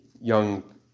young